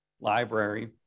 Library